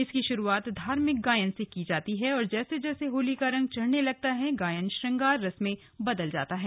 इसकी शुरुआत धार्मिक गायन से की जाती है और जैसे जैसे होली का रंग चढ़ने लगता है गायन श्रंगार रस में बदल जाता है